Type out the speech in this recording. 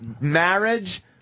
marriage